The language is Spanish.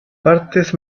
partes